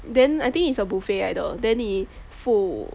then I think it's a buffet 来得 then 你付